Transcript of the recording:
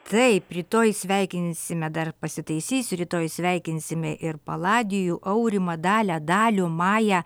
taip rytoj sveikinsime dar pasitaisysiu rytoj sveikinsime ir paladijų aurimą dalią dalių mają